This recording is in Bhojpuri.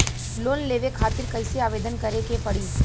लोन लेवे खातिर कइसे आवेदन करें के पड़ी?